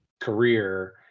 career